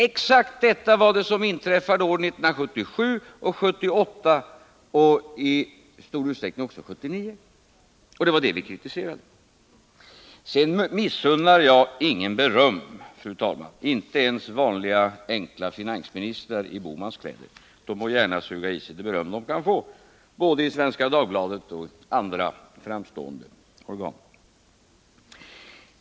Exakt detta var det som inträffade åren 1977, 1978 och i stor utsträckning också 1979, och det var det vi kritiserade. Sedan vill jag säga, fru talman, att jag inte missunnar någon beröm, inte ens vanliga, enkla ekonomiministrar som Gösta Bohman. De må gärna suga i sig det beröm de kan få både i Svenska Dagbladet och i andra framstående organ.